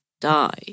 die